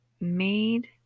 made